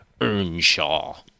Earnshaw